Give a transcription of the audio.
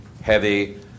heavy